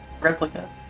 replica